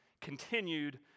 continued